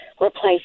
replace